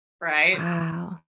Right